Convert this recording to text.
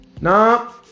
Nah